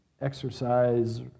exercise